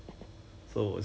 oh